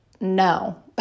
no